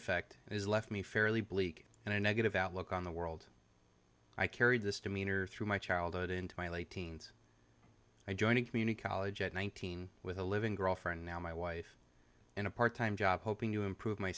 effect is left me fairly bleak and i negative outlook on the world i carried this demeanor through my childhood in my late teens i joined a community college at one thousand with a living girlfriend now my wife in a part time job hoping to improve my